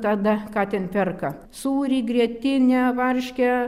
tada ką ten perka sūrį grietinę varškę